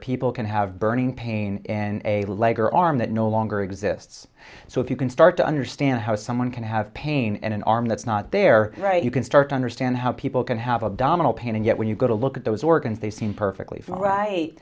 people can have burning pain in a leg or arm that no longer exists so if you can start to understand how someone can have pain and an arm that's not there right you can start to understand how people can have abdominal pain and yet when you go to look at those organs they seem perfectly fine right